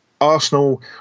Arsenal